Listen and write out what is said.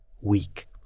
weak